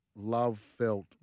Love-felt